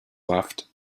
left